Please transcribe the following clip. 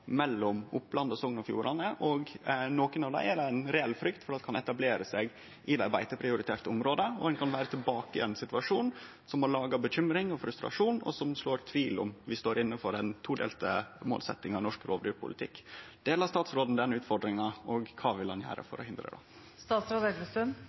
reell frykt for kan etablere seg i dei beiteprioriterte områda, og ein kan vere tilbake i ein situasjon som har laga bekymring og frustrasjon, og som sår tvil om vi står inne for ei todelt målsetjing i norsk rovdyrpolitikk. Deler statsråden den bekymringa? Og: Kva vil han gjere